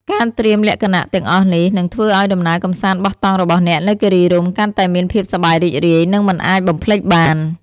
ការត្រៀមលក្ខណៈទាំងអស់នេះ នឹងធ្វើឲ្យដំណើរកម្សាន្តបោះតង់របស់អ្នកនៅគិរីរម្យកាន់តែមានភាពសប្បាយរីករាយ និងមិនអាចបំភ្លេចបាន។